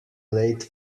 late